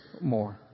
more